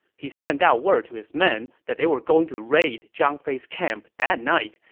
he sent out word to his men that they were going to raid zhang fei's camp that night,